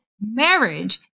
marriage